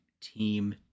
team